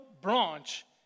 branch